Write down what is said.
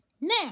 Now